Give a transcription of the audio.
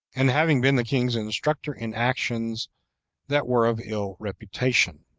and having been the king's instructor in actions that were of ill reputation